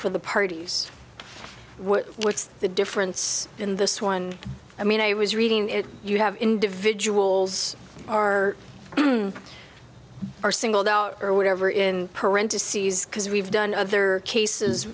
for the parties what's the difference in this one i mean i was reading it you have individuals are are singled out early never in parentheses because we've done other cases